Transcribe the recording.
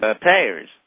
payers